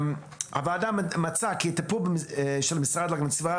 הוועדה מצאה כי הטיפול של המשרד להגנת הסביבה,